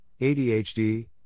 ADHD